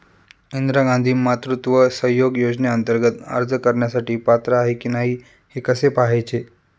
इंदिरा गांधी मातृत्व सहयोग योजनेअंतर्गत अर्ज करण्यासाठी पात्र आहे की नाही हे कसे पाहायचे?